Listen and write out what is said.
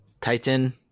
Titan